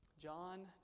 John